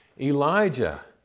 Elijah